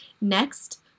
Next